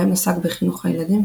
בהם עסק בחינוך הילדים,